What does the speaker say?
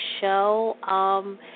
show